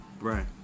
Right